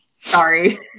Sorry